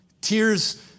tears